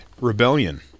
rebellion